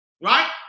Right